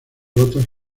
rotas